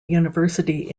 university